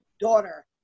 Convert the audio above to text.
daughter